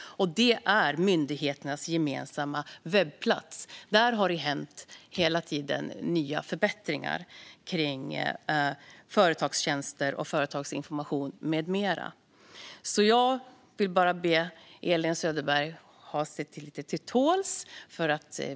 Det är myndigheternas gemensamma webbplats. Där har det hela tiden skett nya förbättringar när det gäller företagstjänster, företagsinformation med mera. Jag vill be Elin Söderberg att ge sig lite till tåls.